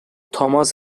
thomas